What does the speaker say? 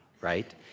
Right